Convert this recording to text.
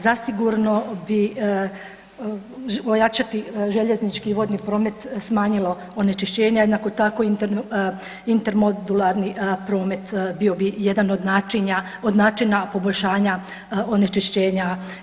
Zasigurno bi ojačati željeznički i vodni promet smanjilo onečišćenje, a jednako tako inter modularni promet bio bi jedan od načina poboljšanja onečišćenja.